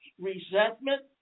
resentment